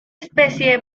especie